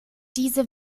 diese